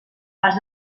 pas